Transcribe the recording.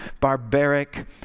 barbaric